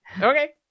Okay